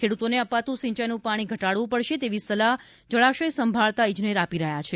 ખેડૂતોને અપાતું સિંચાઇનું પાણી ઘટાડવું પડશે તેવી સલાહ જળાશય સંભાળતા ઇજનેર આપી રહ્યા છે